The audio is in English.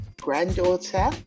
granddaughter